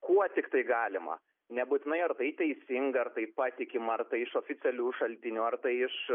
kuo tiktai galima nebūtinai ar tai teisinga ar tai patikima ar tai iš oficialių šaltinių ar tai iš